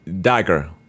Dagger